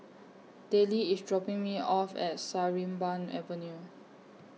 Dellie IS dropping Me off At Sarimbun Avenue